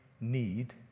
need